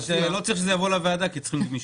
אבל לא צריך שזה יבוא לוועדה כי צריכים גמישות.